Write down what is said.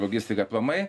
logistika aplamai